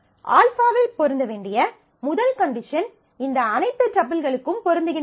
α இல் பொருந்த வேண்டிய முதல் கண்டிஷன் இந்த அனைத்து டப்பிள்களுக்கும் பொருந்துகின்றது